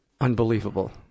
unbelievable